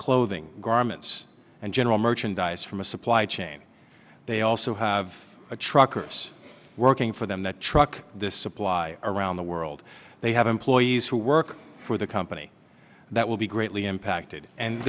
clothing garments and general merchandise from a supply chain they also have a truckers working for them that truck this supply around the world they have employees who work for the company that will be greatly impacted and